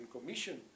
Commission